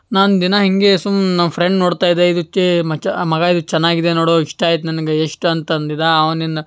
ನಾನು ದಿನ ಹೀಗೆ ಸುಮ್ನೆ ನಮ್ಮ ಫ್ರೆಂಡ್ ನೋಡ್ತಾ ಇದ್ದ ಇದು ಮಚ್ಚಾ ಮಗ ಇದು ಚೆನ್ನಾಗಿದೆ ನೋಡು ಇಷ್ಟ ಆಯ್ತು ನನಗೆ ಎಷ್ಟು ಅಂತ ಅಂದಿದ್ದ ಅವನಿನ್ನ